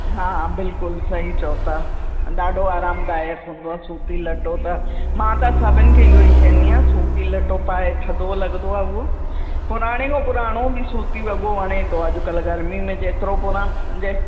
हा बिल्कुलु सही चओ था ॾाढो आरामदायक हूंदो आहे सूती लटो त मां त सभिनि खे इहो ई चईंदी आहियां सूती लटो पाए थधो लॻंदो आहे उहो पुराणे खां पुराणो बि सूती वॻो वणे थो अॼु कल्ह गर्मी में जेतिरो पुरा जे